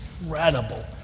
incredible